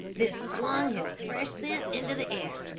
this flung his fresh scent into the air.